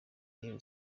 yewe